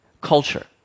culture